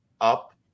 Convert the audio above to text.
up